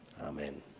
Amen